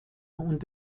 und